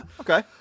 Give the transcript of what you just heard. okay